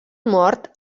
mort